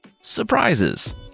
Surprises